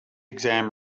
exam